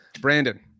Brandon